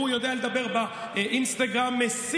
הוא יודע לדבר באינסטגרם או בפייסבוק.